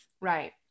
right